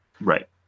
right